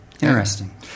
interesting